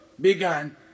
began